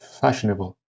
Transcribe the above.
fashionable